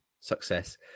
success